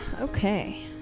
Okay